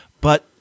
But-